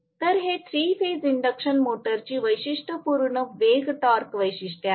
तर हे 3 phase induction मोटरची वैशिष्ट्यपूर्ण वेग टॉर्क वैशिष्ट्ये आहे